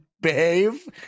behave